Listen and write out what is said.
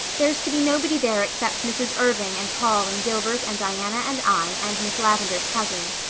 there's to be nobody there except mrs. irving and paul and gilbert and diana and i, and miss lavendar's cousins.